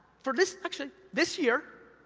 for this actually, this year,